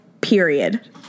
period